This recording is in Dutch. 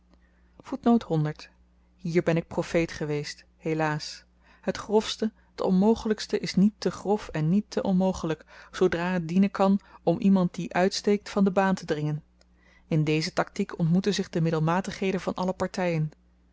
hier ben ik profeet geweest helaas het grofste t onmogelykste is niet te grof en niet te onmogelyk zoodra t dienen kan om iemand die uitsteekt van de baan te dringen in deze taktiek ontmoeten zich de middelmatigheden van alle partyen